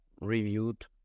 reviewed